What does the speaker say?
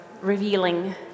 revealing